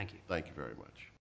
thank you very much